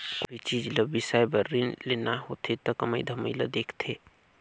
कोनो भी चीच ल बिसाए बर रीन लेना होथे त कमई धमई ल देखथें